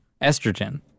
estrogen